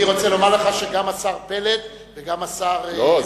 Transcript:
אני רוצה לומר לך שגם השר פלד וגם השר, לא.